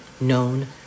known